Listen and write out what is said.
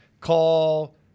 Call